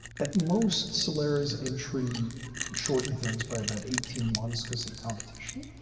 at most, celera's entry shortened things by about eighteen months because of the competition.